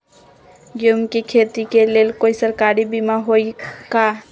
गेंहू के खेती के लेल कोइ सरकारी बीमा होईअ का?